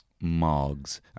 Mogs